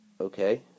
okay